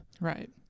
Right